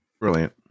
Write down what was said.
Brilliant